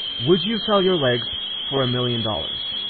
would you sell your legs for a million dollars?